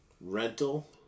Rental